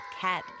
cat